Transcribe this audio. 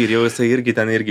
ir jau jisai irgi ten irgi